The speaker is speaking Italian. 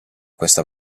questa